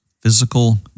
physical